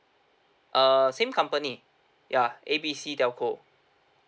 err same company ya A B C telco